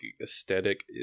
aesthetic